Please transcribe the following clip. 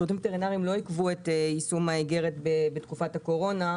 השירותים הווטרינריים לא עיכבו את יישום האיגרת בתקופת הקורונה,